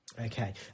Okay